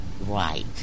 Right